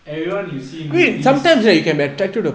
everyone you see in movies